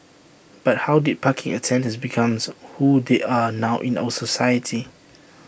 but how did parking attendants becomes who they are now in our society